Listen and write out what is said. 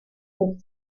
son